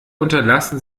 unterlassen